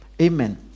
Amen